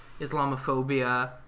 islamophobia